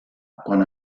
quan